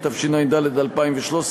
התשע"ד 2013,